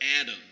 Adam